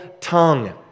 tongue